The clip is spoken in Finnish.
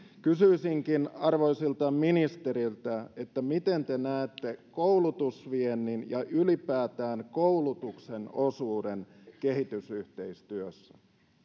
kysyisinkin arvoisilta ministereiltä miten te näette koulutusviennin ja ylipäätään koulutuksen osuuden kehitysyhteistyössä